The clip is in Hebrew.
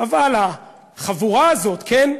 אבל החבורה הזאת, כן,